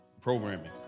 programming